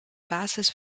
basis